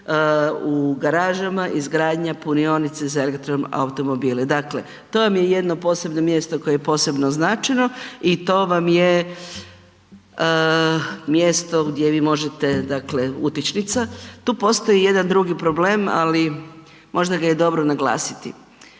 u garažama izgradnja punionica za elektroautomobile. Dakle, to vam je jedno posebno mjesto koje je posebno označeno. I to vam je mjesto gdje vi možete, dakle utičnica, tu postoji jedan drugi problem, ali možda ga je dobro naglasiti.